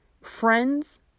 friends